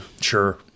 Sure